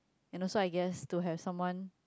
and also I guess to have someone